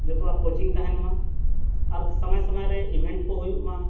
ᱡᱚᱛᱚᱣᱟᱜ ᱛᱟᱦᱮᱱ ᱢᱟ ᱟᱨ ᱥᱚᱢᱚᱭᱼᱥᱚᱢᱚᱭ ᱨᱮ ᱠᱚ ᱦᱩᱭᱩᱜ ᱢᱟ